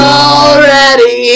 already